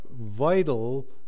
vital